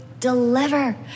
deliver